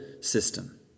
system